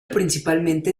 principalmente